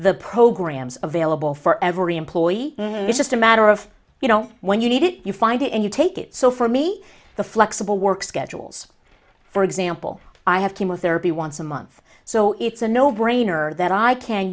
the programs available for every employee it's just a matter of you know when you need it you find it and you take it so for me the flexible work schedules for example i have chemotherapy once a month so it's a no brainer that i can